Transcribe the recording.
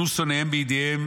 בידיהם,